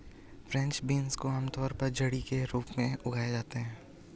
French beans को आमतौर पर झड़ी के रूप में उगाते है